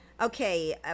okay